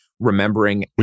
remembering